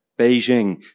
Beijing